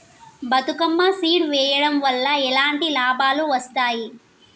Bathukamma seed వెయ్యడం వల్ల ఎలాంటి లాభాలు వస్తాయి?